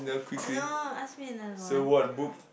no ask me another one